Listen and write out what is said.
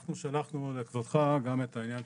אנחנו שלחנו לכבודך גם את העניין,